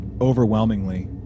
overwhelmingly